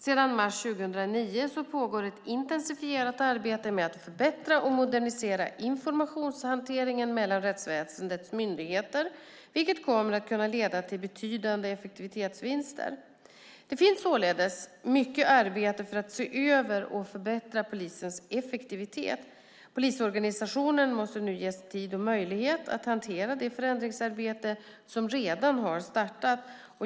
Sedan mars 2009 pågår också ett intensifierat arbete med att förbättra och modernisera informationshanteringen mellan rättsväsendets myndigheter, vilket kommer att leda till betydande effektivitetsvinster. Det pågår således mycket arbete för att se över och förbättra polisens effektivitet. Polisorganisationen måste nu ges tid och möjlighet att hantera det förändringsarbete som redan har startat.